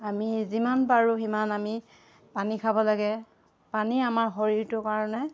আমি যিমান পাৰোঁ সিমান আমি পানী খাব লাগে পানী আমাৰ শৰীৰটোৰ কাৰণে